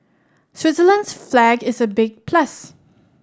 Switzerland's flag is a big plus